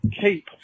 keep